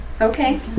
Okay